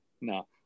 no